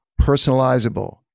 personalizable